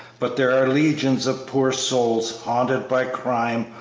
but there are legions of poor souls, haunted by crime,